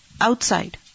outside